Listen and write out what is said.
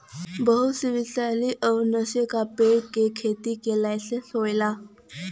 बहुत सी विसैला अउर नसे का पेड़ के खेती के लाइसेंस होला